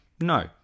no